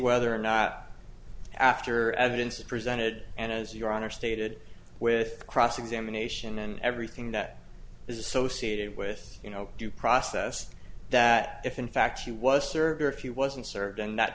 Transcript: whether or not after evidence is presented and as your honor stated with cross examination and everything that is associated with you know due process that if in fact she was served or if you wasn't served and that